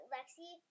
Lexi